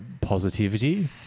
positivity